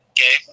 Okay